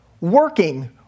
working